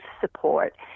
support